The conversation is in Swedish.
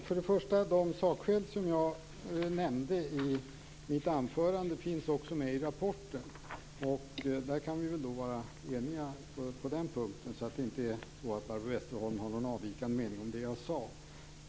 Fru talman! De sakskäl som jag nämnde i mitt anförande finns också med i rapporten. På den punkten kan vi vara eniga så att Barbro Westerholm inte har någon avvikande mening om det som jag sade.